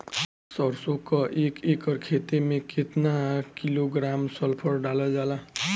सरसों क एक एकड़ खेते में केतना किलोग्राम सल्फर डालल जाला?